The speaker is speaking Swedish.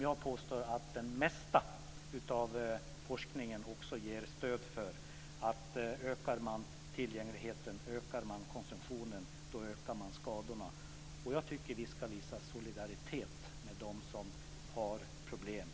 Jag påstår att det mesta av forskningen ger stöd för att man ökar konsumtionen och skadorna om man ökar tillgängligheten. Jag tycker att vi ska visa solidaritet med dem som har problem.